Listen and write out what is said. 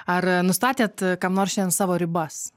ar nustatėt kam nors savo ribas